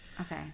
okay